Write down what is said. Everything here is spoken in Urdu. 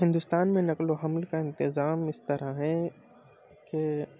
ہندوستان میں نقل و حمل کا انتظام اس طرح ہے کہ